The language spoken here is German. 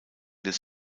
des